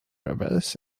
rivers